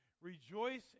Rejoice